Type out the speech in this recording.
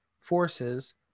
forces